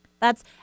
That's-